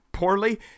poorly